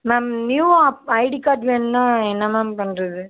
ma'am new app ID card வேண்ணா என்ன ma'am பண்ணுறது